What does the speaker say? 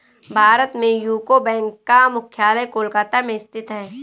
भारत में UCO bank का मुख्यालय कोलकाता में स्थित है